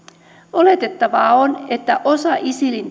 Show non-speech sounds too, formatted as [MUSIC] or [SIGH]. oletettavaa on että osa isilin [UNINTELLIGIBLE]